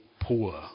poor